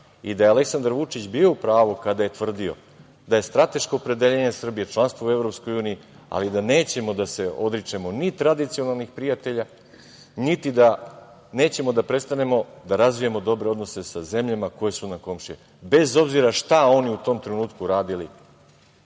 i da je Aleksandar Vučić bio u pravu kada je tvrdio da je strateško opredeljenje Srbije članstvo u EU, ali da nećemo da se odričemo ni tradicionalnih prijatelja, nećemo da prestanemo da razvijamo dobre odnose sa zemljama koje su nam komšije, bez obzira šta oni u tom trenutku radili